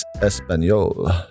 espanol